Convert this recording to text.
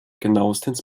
genauestens